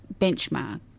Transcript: benchmark